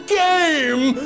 game